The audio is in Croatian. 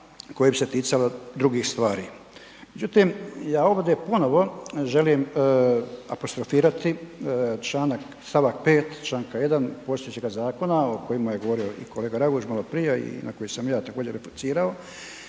koje bi se ticale drugih stvari. Međutim, ja ovdje ponovo želim apostrofirati čl., st. 5. čl. 1. postojećega zakona o kojemu je govorio i kolega Raguž maloprije i na koje sam ja također replicirao,